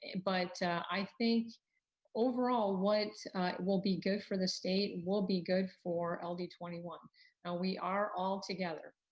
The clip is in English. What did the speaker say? and but i think overall, what will be good for the state will be good for l d two one. now we are all together.